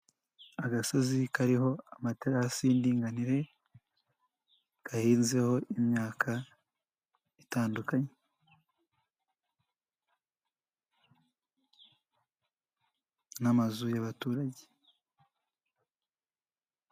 Agasozi kariho amaterasi y'indinganire, gahinzeho imyaka itandukanye n'amazu y'abaturage.